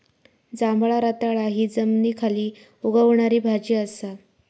जांभळा रताळा हि जमनीखाली उगवणारी भाजी असा